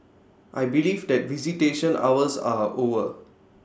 I believe that visitation hours are over